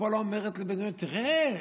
ופולה אומרת: תראה,